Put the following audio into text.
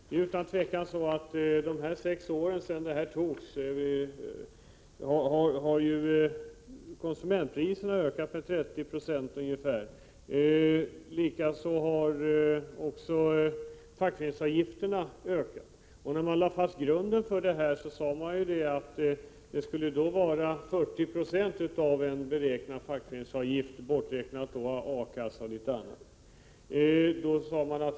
Sedan detta beslut fattades för sex år sedan har ju konsumentpriserna ökat med ungefär 30 96. Likaså har fackföreningsavgifterna ökat. När man lade fast grunden för detta avdrag sade man ju att reduktionen skulle vara 40 96 av en genomsnittligt beräknad fackföreningsavgift, där avgifter för A-kassan och en del annat skulle räknas bort.